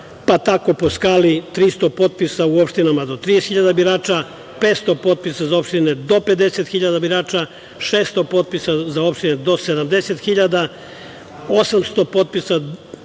pa tako po skali 300 potpisa u opštinama do 30 hiljada birača, 500 potpisa za opštine do 50 hiljada birača, 600 potpisa za opštine do 70 hiljada, 800 potpisa